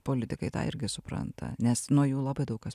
politikai tą irgi supranta nes nu jų labai daug kas